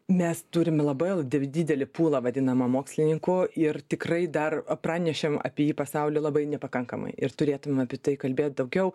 mes turime labai didelį pūlą vadinamą mokslininkų ir tikrai dar pranešėm apie jį pasauliui labai nepakankamai ir turėtume apie tai kalbėt daugiau